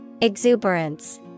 Exuberance